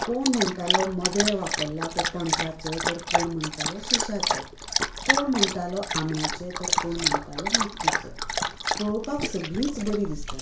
कोण म्हणटालो मदेर वापरलां तें पणसाचें तर कोण म्हणटालो शिशाचें कोण म्हणटालो आंब्याचें तर कोण म्हणटालो माट्टिचें पळोवपाक सगळींच बरीं दिसतालीं